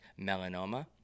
melanoma